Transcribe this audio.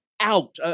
Out